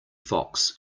fox